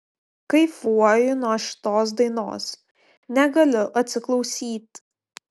kaifuoju nuo šitos dainos negaliu atsiklausyt